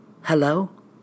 Hello